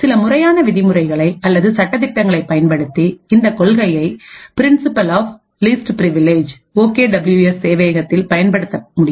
சில முறையான விதிமுறைகளை அல்லது சட்ட திட்டங்களை பயன்படுத்தி இந்தக் கொள்கையை principle of least privilege okay W S சேவையகத்தில் பயன்படுத்த முடியும்